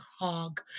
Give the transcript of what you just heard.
hog